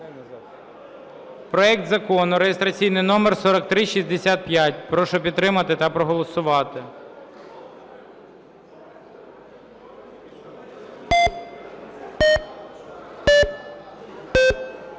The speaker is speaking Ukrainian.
проект Закону реєстраційний номер 4365. Прошу підтримати та проголосувати.